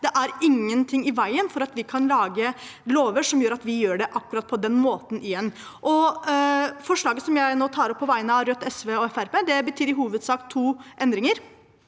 Det er ingenting i veien for at vi kan lage lover som gjør at vi gjør det akkurat på den måten igjen. Forslaget som jeg nå tar opp på vegne av Rødt, SV og Fremskrittspartiet, innebærer i hovedsak to endringer.